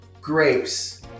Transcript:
grapes